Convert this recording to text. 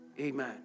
Amen